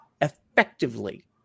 effectively